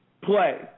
play